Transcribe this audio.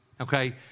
okay